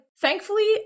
thankfully